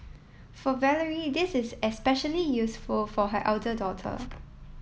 for Valerie this is especially useful for her elder daughter